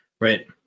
right